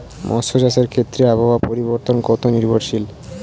মৎস্য চাষের ক্ষেত্রে আবহাওয়া পরিবর্তন কত নির্ভরশীল?